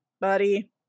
buddy